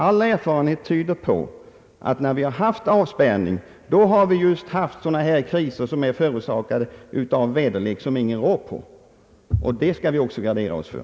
All erfarenhet visar att när vi har haft avspärrning, då har vi just haft sådana här kriser som är förorsakade av väderleken som ingen rår på. Det skall vi också gardera oss för.